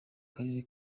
karere